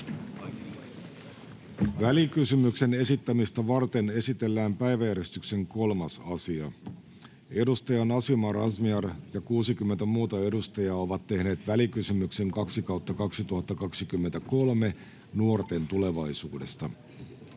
Välikysymyksen esittämistä varten esitellään päiväjärjestyksen 3. asia. Edustaja Nasima Razmyar ja 60 muuta edustajaa ovat tehneet välikysymyksen VK 2/2023 vp nuorten tulevaisuudesta.